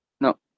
No